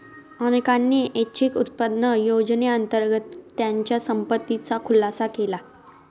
अनेकांनी ऐच्छिक उत्पन्न योजनेअंतर्गत त्यांच्या संपत्तीचा खुलासा केला